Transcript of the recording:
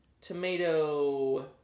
tomato